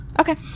Okay